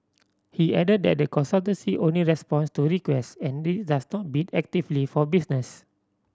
he added that the consultancy only responds to requests and it does not bid actively for business